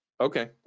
okay